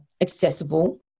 accessible